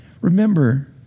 Remember